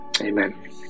amen